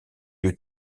lieu